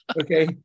okay